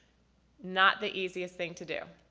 not the easiest thing to do.